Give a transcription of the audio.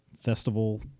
festival